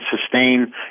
sustain